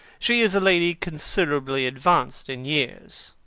she is a lady considerably advanced in years.